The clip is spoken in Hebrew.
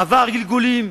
עבר גלגולים,